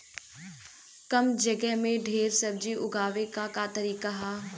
कम जगह में ढेर सब्जी उगावे क का तरीका ह?